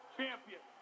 champion